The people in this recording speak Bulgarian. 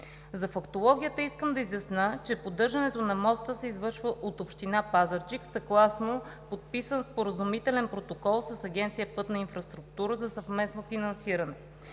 За фактологията искам да изясня, че поддържането на моста се извършва от община Пазарджик съгласно подписан споразумителен протокол с Агенцията „Пътна инфраструктура“ за съвместно финансиране.